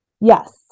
Yes